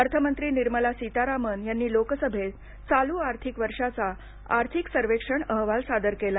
अर्थमंत्री निर्मला सीतारामन यांनी लोकसभेत चालू आर्थिक वर्षाचा आर्थिक सर्वेक्षण अहवाल सादर केला